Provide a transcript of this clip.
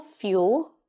fuel